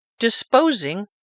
DISPOSING